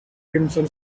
crimson